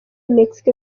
mexique